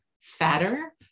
fatter